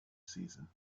season